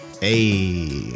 Hey